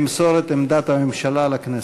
את עמדת הממשלה לכנסת.